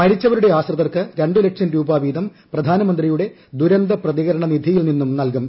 മൃതിച്ച്വരുടെ ആശ്രിതർക്ക് രണ്ടുലക്ഷം രൂപ വീതം പ്രധാനമന്ത്രിയുടെ ഭൂരന്ത പ്രതികരണ നിധിയിൽ നിന്നും നൽകും